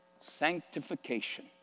Sanctification